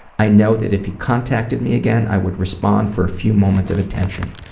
i know that if he contacted me again i would respond for a few moments of attention.